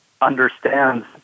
understands